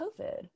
COVID